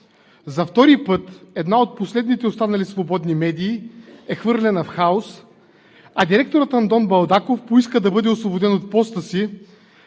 За втори път една от последните останали свободни медии е хвърлена в хаос, а директорът Андон Балтаков поиска да бъде освободен от поста си,